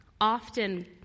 Often